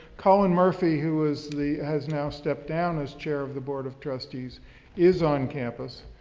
colin murphy, who was the, has now stepped down as chair of the board of trustees is on campus.